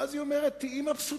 ואז היא אומרת: תהיי מבסוטה,